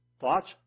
Thoughts